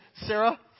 Sarah